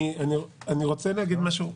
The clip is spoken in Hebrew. אני רוצה להגיד משהו.